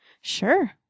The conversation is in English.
Sure